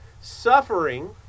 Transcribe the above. Suffering